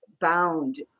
bound